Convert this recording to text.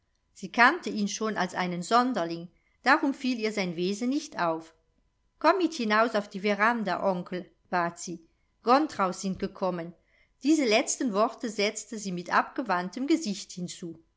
sie kannte ihn schon als einen sonderling darum fiel ihr sein wesen nicht auf komm mit hinaus auf die veranda onkel bat sie gontraus sind gekommen diese letzten worte setzte sie mit abgewandtem gesicht hinzu